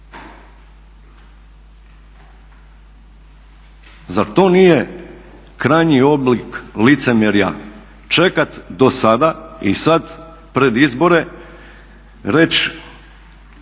Zar to nije krajnji oblik licemjerja? Čekat do sada i sada pred izbore reći